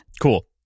Cool